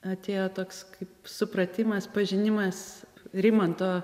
atėjo toks kaip supratimas pažinimas rimanto